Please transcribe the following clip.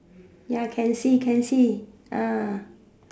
ya can see can see ah